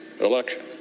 election